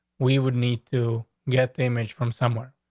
we would need to get the image from somewhere.